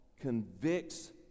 convicts